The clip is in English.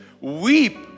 weep